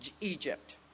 Egypt